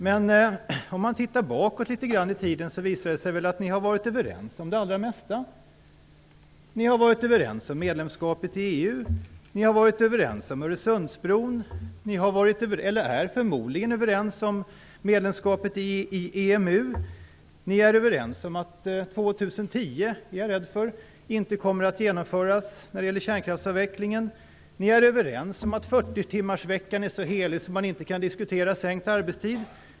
Men om man tittar litet grand bakåt i tiden visar det sig att ni har varit överens om det allra mesta. Ni har varit överens om medlemskapet i EU. Ni har varit överens om Öresundsbron. Ni är förmodligen överens om medlemskapet i EMU. Ni är överens om, är jag rädd, att kärnkraftsavvecklingen inte kommer att genomföras år 2010. Ni är överens om att 40 timmarsveckan är så helig att man inte kan diskutera sänkt arbetstid.